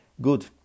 Good